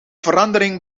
verandering